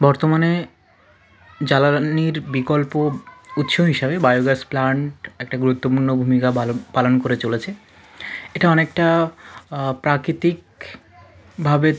বর্তমানে জ্বালানির বিকল্প উৎস হিসাবে বায়ো গ্যাস প্লান্ট একটা গুরুত্বপূর্ণ ভূমিকা পালন পালন করে চলেছে এটা অনেকটা প্রাকৃতিক ভাবে